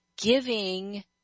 giving